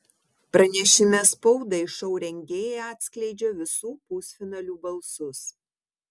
pranešime spaudai šou rengėjai atskleidžia visų pusfinalių balsus